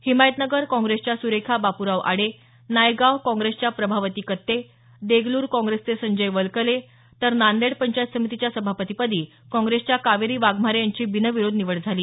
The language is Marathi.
हिमायतनगर काँग्रेसच्या सुरेखा बाप्राव आडे नायगाव काँग्रेसच्या प्रभावती कत्ते देगलूर काँग्रेसचे संजय वल्कले तर नांदेड पंचायत समितीच्या सभापतीपदी काँग्रेसच्या कावेरी वाघमारे यांची बिनविरोध निवड झाली